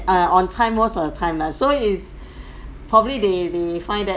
err on time most of the time lah so is probably they may find that